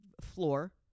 floor